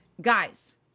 Guys